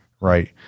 right